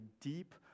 deep